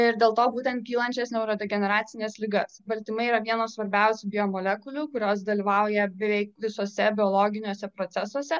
ir dėl to būtent kylančias neurodegeneracines ligas baltymai yra vienos svarbiausių biomolekulių kurios dalyvauja beveik visuose biologiniuose procesuose